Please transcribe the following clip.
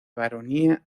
baronía